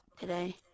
today